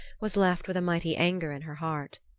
was left with a mighty anger in her heart.